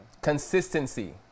Consistency